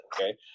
okay